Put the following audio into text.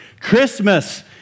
Christmas